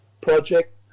project